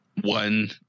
one